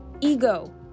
ego